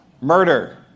Murder